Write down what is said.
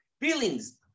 Feelings